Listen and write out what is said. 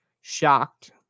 shocked